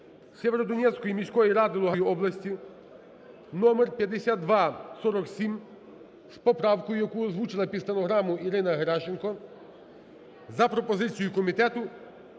Сєвєродонецької міської ради Луганської області (номер 5247) з поправкою, яку озвучила під стенограму Ірина Геращенко, за пропозицією комітету